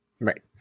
Right